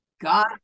God